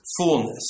fullness